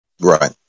Right